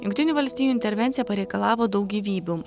jungtinių valstijų intervencija pareikalavo daug gyvybių